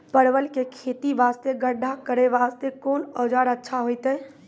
परवल के खेती वास्ते गड्ढा करे वास्ते कोंन औजार अच्छा होइतै?